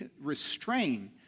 restrain